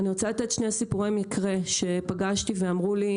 אני רוצה לתת שני סיפורי מקרה שפגשתי ושאלו אותי,